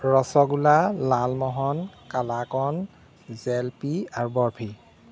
ৰসগোল্লা লালমোহন কালাকন জেলেপী আৰু বৰফি